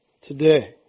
today